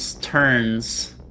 turns